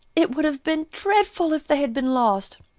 it would have been dreadful if they had been lost.